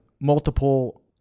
multiple